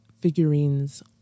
figurines